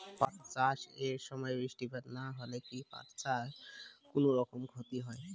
পাট চাষ এর সময় বৃষ্টিপাত না হইলে কি পাট এর কুনোরকম ক্ষতি হয়?